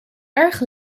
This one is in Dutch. erg